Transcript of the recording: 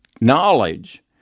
knowledge